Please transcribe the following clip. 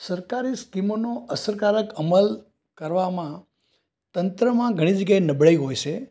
સરકારી સ્કીમોનો અસરકાર અમલ કરવામાં તંત્રમાં ઘણી જગ્યાએ નબળાઇ હોય છે